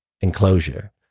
enclosure